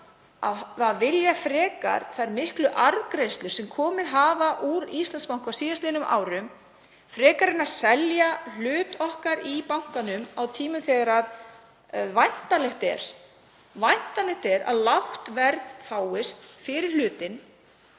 að vilja þær miklu arðgreiðslur sem komið hafa úr Íslandsbanka á síðastliðnum árum frekar en að selja hlut okkar í bankanum á tímum þegar væntanlegt er að lágt verð fáist fyrir hlutinn